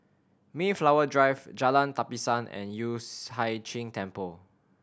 Mayflower Drive Jalan Tapisan and Yueh Hai Ching Temple